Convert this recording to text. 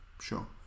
sure